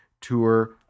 tour